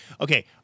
Okay